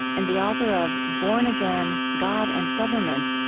and the author of born again, god and government,